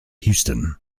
houston